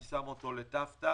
אני שם אותה ל-ת"ת.